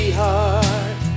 heart